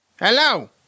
hello